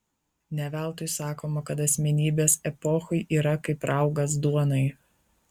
ne veltui sakoma kad asmenybės epochai yra kaip raugas duonai